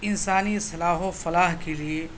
انسانی اصلاح و فلاح کے لیے